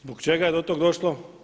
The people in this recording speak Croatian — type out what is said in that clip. Zbog čega je do toga došlo?